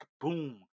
boom